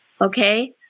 Okay